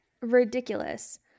Ridiculous